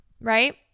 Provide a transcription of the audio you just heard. right